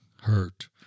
hurt